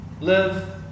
Live